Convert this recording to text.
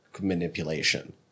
manipulation